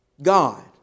God